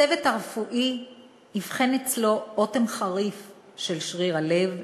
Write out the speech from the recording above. הצוות הרפואי אבחן אצלו אוטם חריף של שריר הלב,